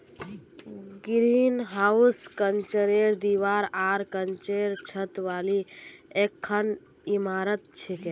greenhouse कांचेर दीवार आर कांचेर छत वाली एकखन इमारत छिके